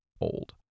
old